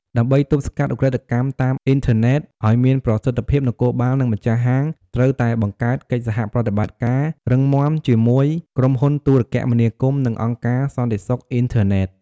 ដើម្បី ទប់ស្កាត់ឧក្រិដ្ឋកម្មតាមអ៊ីនធឺណិត ឱ្យមានប្រសិទ្ធភាព នគរបាល និង ម្ចាស់ហាង ត្រូវតែ បង្កើតកិច្ចសហប្រតិបត្តិការ រឹងមាំជាមួយ ក្រុមហ៊ុនទូរគមនាគមន៍ និង អង្គការសន្តិសុខអ៊ីនធឺណិត។